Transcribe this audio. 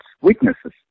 weaknesses